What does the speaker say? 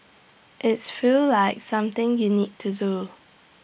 its feels like something you need to do